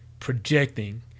projecting